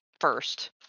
first